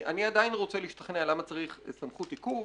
אני עדיין רוצה להשתכנע למה צריך את סמכות עיכוב.